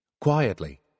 Quietly